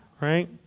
right